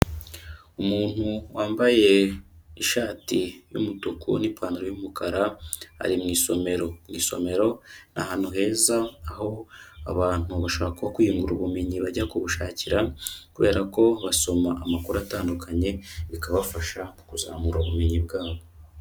Umuntu wambaye ishati y'umutuku n'ipantaro y'umukara ari mu isomero, mu isomero ni ahantu heza aho abantu bashaka kwiyungura ubumenyi bajya kubushakira kubera ko basoma amakuru atandukanye, bikabafasha mu kuzamura ubumenyi bwabo.